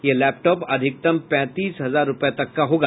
यह लैपटॉप अधिकतम पैंतीस हजार रूपये तक का होगा